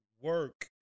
work